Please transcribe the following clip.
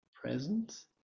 presence